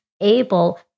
able